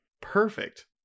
perfect